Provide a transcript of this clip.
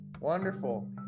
wonderful